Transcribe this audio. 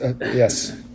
Yes